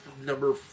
Number